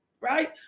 Right